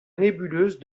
nébuleuse